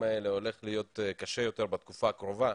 האלה הולך להיות קשה יותר בתקופה הקרובה,